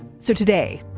so today,